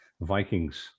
Vikings